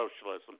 socialism